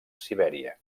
sibèria